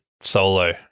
solo